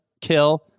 kill